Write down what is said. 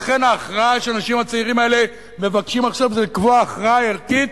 לכן ההכרעה שמבקשים עכשיו האנשים הצעירים האלה זה לקבוע הכרעה ערכית,